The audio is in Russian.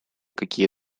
какие